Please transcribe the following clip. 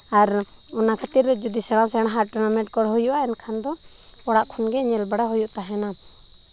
ᱟᱨ ᱚᱱᱟ ᱠᱷᱟᱹᱛᱤᱨ ᱡᱩᱫᱤ ᱥᱮᱬᱟ ᱥᱮᱬᱟ ᱟᱜ ᱴᱩᱨᱱᱟᱢᱮᱱᱴ ᱠᱚ ᱦᱩᱭᱩᱜᱼᱟ ᱮᱱᱠᱷᱟᱱ ᱫᱚ ᱚᱲᱟᱜ ᱠᱷᱚᱱᱜᱮ ᱧᱮᱞ ᱵᱟᱲᱟ ᱦᱩᱭᱩᱜ ᱛᱟᱦᱮᱱᱟ